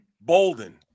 Bolden